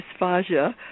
dysphagia